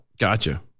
Gotcha